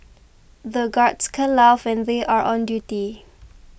the guards can't laugh when they are on duty